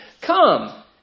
come